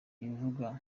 ibivugwa